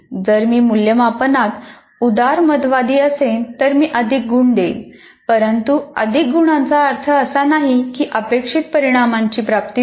जर मी मूल्यमापनात उदारमतवादी असेन तर मी अधिक गुण देईन परंतु अधिक गुणांचा अर्थ असा नाही की अपेक्षित परिणामांची प्राप्ती झाली